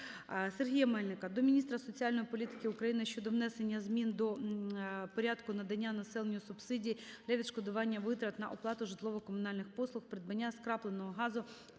Сергія Мельника до міністра соціальної політики України щодо внесення змін до порядку надання населенню субсидій для відшкодування витрат на оплату житлово-комунальних послуг, придбання скрапленого газу,